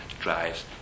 drives